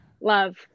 love